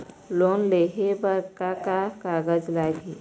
Loan लेहे बर का का कागज लगही?